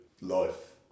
life